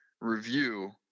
review